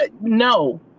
no